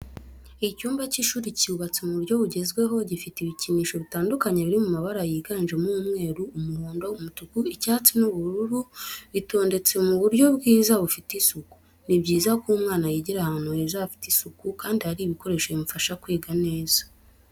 Icyumba cy'ishuri cyubatse mu buryo bugezweho gifite ibikinisho bitandukanye biri mu mabara yiganjemo umweru, umuhondo, umutuku, icyatsi, ubururu bitondetse mu buryo bwiza bufite isuku. Ni byiza ko umwana yigira ahantu heza hafite isuku kandi hari ibikoresho bimufasha kwiga neza.